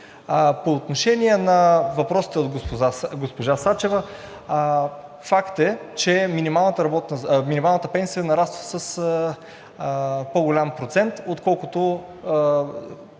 По отношение на въпросите от госпожа Сачева, факт е, че минималната пенсия нараства с по-голям процент, отколкото